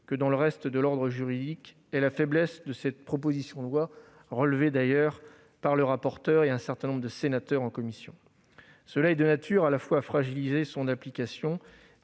comme dans le reste de l'ordre juridique, est la faiblesse de cette proposition de loi, relevée d'ailleurs par M. le rapporteur et par un certain nombre de sénateurs en commission. Cette absence est de nature à la fois à fragiliser son application